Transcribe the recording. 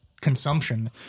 consumption